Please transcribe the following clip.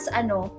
ano